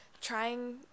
trying